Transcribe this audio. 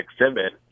exhibit